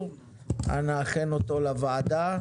הדוח, אנא הכן אותו לוועדה.